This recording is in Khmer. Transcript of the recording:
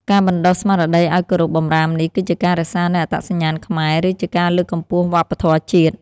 ការបណ្តុះស្មារតីឱ្យគោរពបម្រាមនេះ គឺជាការរក្សានូវអត្តសញ្ញាណខ្មែរ ឬជាការលើកកម្ពស់វប្បធម៌ជាតិ។